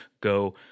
go –